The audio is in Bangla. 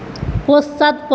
পশ্চাৎপদ